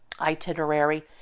itinerary